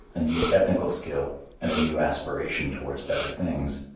a new technical skill and a new aspiration towards better things.